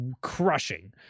crushing